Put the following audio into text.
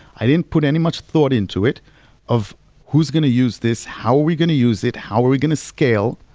i didn't put any much thought into it of who's going to use this, how are we going to use it, how are we going to scale.